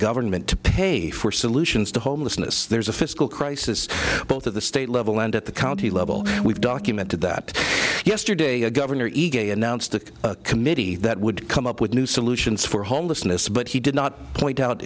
government to pay for solutions to homelessness there's a fiscal crisis both of the state level and at the county level we've documented that yesterday a governor announced a committee that would come up with new solutions for homelessness but he did not point out